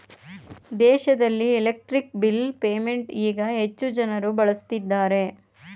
ದೇಶದಲ್ಲಿ electric bill payment ಈಗ ಹೆಚ್ಚು ಜನರು ಬಳಸುತ್ತಿದ್ದಾರೆ